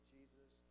Jesus